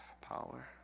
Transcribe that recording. power